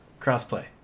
Crossplay